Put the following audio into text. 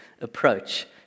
approach